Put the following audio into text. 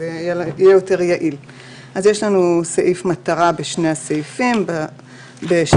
יש סעיף מטרה בשתי ההצעות.